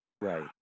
Right